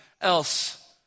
else